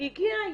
הגיעה האישה,